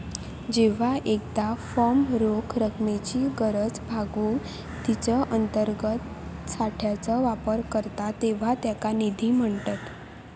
जेव्हा एखादा फर्म रोख रकमेची गरज भागवूक तिच्यो अंतर्गत साठ्याचो वापर करता तेव्हा त्याका निधी म्हणतत